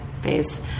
phase